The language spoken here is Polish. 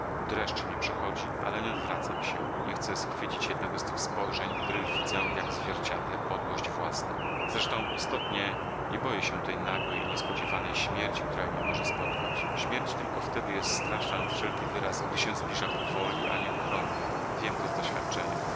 dreszcz mnie przechodzi ale nie odwracam się nie chcę schwycić jednego z tych spojrzeń w których widzę jak w zwierciedle podłość własną zresztą istotnie nie boję się tej nagłej i niespodziewanej śmierci która mnie może spotkać śmierć tylko wtedy jest straszna nad wszelki wyraz gdy się zbliża powoli a nieuchronnie wiem to z doświadczenia